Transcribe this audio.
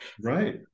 Right